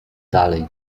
dalej